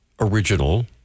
original